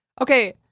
okay